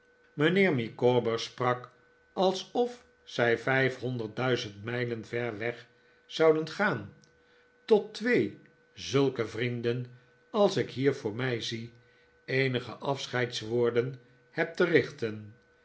mijnheer micawber sprak alsof zij vijfhonderdduizend mijlen ver weg zouden gaan tot twee zulke vrienden als ik hier voor mij zie eenige afscheidswporden heb te richten